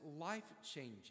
life-changing